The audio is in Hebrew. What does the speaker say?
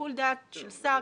שיקול דעת של שר,